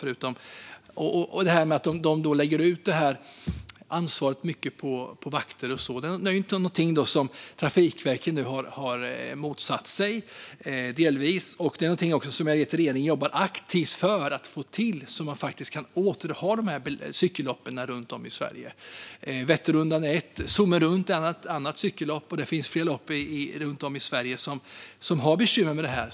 Att de till stor del lägger ut ansvaret på vakter och så är någonting som Trafikverket nu delvis har motsatt sig, och jag vet att regeringen jobbar aktivt för att se till att man faktiskt kan ha de här cykelloppen runt om i Sverige. Vätternrundan är ett cykellopp, Sommen runt är ett annat och det finns fler lopp runt om i Sverige som har bekymmer med det här.